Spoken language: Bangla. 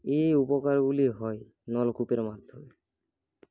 এই উপকারগুলি হয় নলকূপের মাধ্যমে